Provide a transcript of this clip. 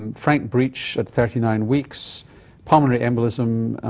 um frank breech at thirty nine weeks pulmonary embolism,